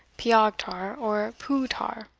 piaghter, or peughtar,